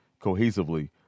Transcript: cohesively